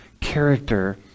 character